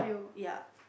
ya